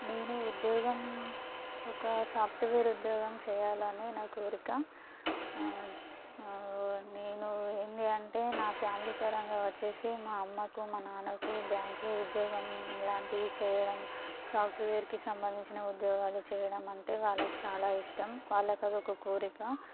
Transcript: నేను ఉద్యోగం ఒక సాఫ్ట్వేర్ ఉద్యోగం చేయాలని నా కోరిక నేను ఏంది అంటే నా ఫ్యామిలీ పరంగా వచ్చి మా అమ్మకు మా నాన్నకు బ్యాంకులో ఉద్యోగం లాంటిది చేయడం సాఫ్ట్వేర్కి సంబంధించిన ఉద్యోగాలు చేయడం అంటే వాళ్ళకి చాలా ఇష్టం వాళ్ళకు అది ఒక కోరిక